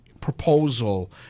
proposal